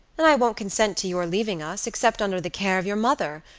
and i won't consent to your leaving us, except under the care of your mother,